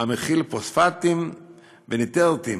המכיל פוספטים וניטרטים,